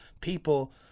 people